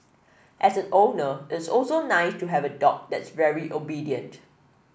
as an owner it's also nice to have a dog that's very obedient